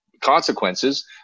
consequences